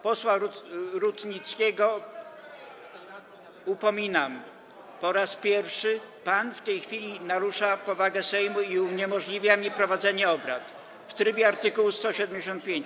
Posła Rutnickiego upominam po raz pierwszy - pan w tej chwili narusza powagę Sejmu i uniemożliwia mi prowadzenie obrad - w trybie art. 175.